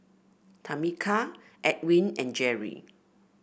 Tameka Edwin and Jeri